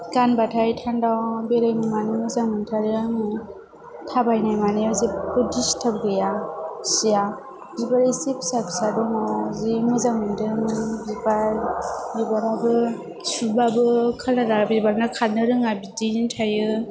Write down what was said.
गानबाथाय थान्दा बेरायनो मानो मोजां मोनथारो आङो थाबायनाय मानायाव जेबो डिस्टाब गैया सिया बिबारा एसे फिसा फिसा दङ जि मोजां मोनदों बिबार बिबाराबो सुबाबो कालारा बिबारना खारनो रोङा बिदियैनो थायो